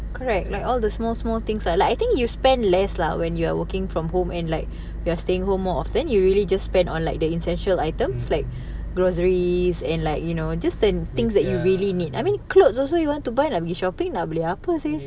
correct like all the small small things ah like I think you spend less lah when you're working from home and like we're staying home more often you really just spend on like the essential items like groceries and like you know just the things that you really need I mean clothes also you want to buy nak pergi shopping nak beli apa seh